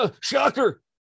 Shocker